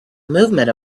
movement